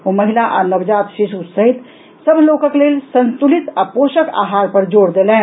ओ महिला आ नवजात शिशु सहित सभ लोकक लेल संतुलित आ पोषक आहार पर जोर देलनि